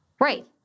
Right